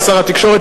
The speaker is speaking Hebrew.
שר התקשורת,